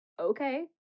okay